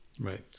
right